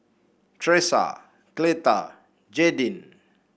Tresa Cleta Jadyn